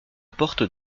porte